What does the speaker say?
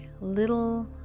little